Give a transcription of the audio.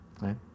right